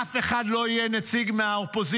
אף אחד לא יהיה נציג מהאופוזיציה.